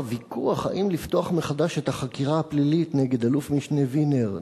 הוויכוח אם לפתוח מחדש את החקירה הפלילית נגד אלוף-משנה וינר,